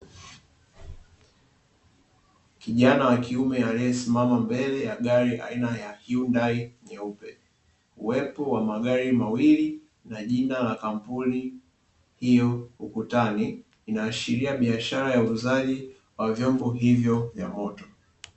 Kijana wa kiume aliyesimama mbele ya gari aina ya "YUDAI" nyeupe uwepo wa magari mawili na jina la kampuni hiyo ukutani inaashiria biashara ya uuzaji wa vyombo hivyo vya moto.